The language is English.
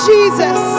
Jesus